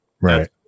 Right